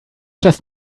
just